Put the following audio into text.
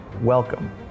Welcome